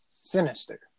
Sinister